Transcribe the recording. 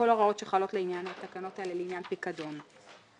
שחלות לעניין התקנות האלה לעניין פיקדון.